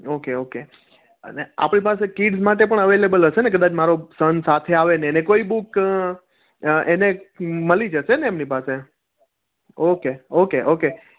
okay okay અને આપણી પાસે કિડસ માટે પણ અવેઇલેબલ હશે ને કદાચ મારો સન સાથે આવે ને એને કોઈ બુક એને મળી જશે ને એમની પાસે ઓકે ઓકે ઓકે